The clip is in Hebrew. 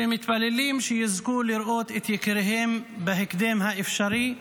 שמתפללות שיזכו לראות את יקיריהם בהקדם האפשרי,